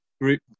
group